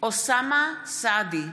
מתחייב אני אוסאמה סעדי,